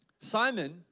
Simon